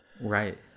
right